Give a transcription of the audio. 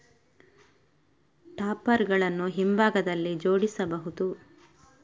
topper ಗಳನ್ನು ಹಿಂಭಾಗದಲ್ಲಿ ಜೋಡಿಸಬಹುದು